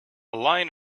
line